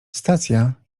stacja